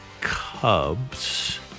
Cubs